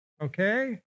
okay